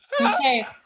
Okay